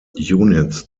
units